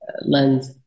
lens